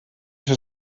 für